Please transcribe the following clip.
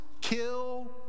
kill